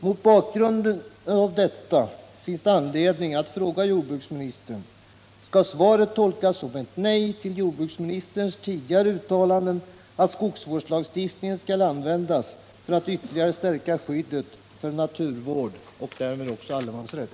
Mot bakgrund av detta finns det anledning att fråga jordbruksministern: Skall svaret tolkas som ett nej till jordbruksministerns tidigare uttalanden om att skogsvårdslagstiftningen skall användas för att ytterligare stärka skyddet för naturvård och därmed också allemansrätt?